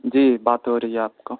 جی بات ہو رہی ہے آپ کو